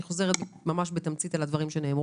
אני חוזרת ממש בתמצית על הדברים שנאמר